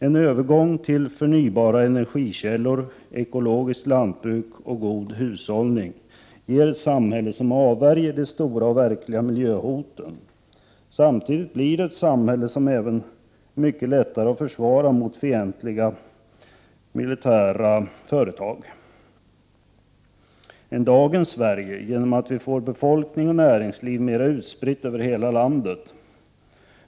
En övergång till förnybara energikällor, ekologiskt lantbruk och god hushållning ger ett samhälle som avvärjer de stora och verkliga miljöhoten. Samtidigt blir det ett samhälle som även är mycket lättare att försvara mot fientliga militära företag än dagens Sverige genom att vi får befolkning och näringsliv mera utspritt över hela landet.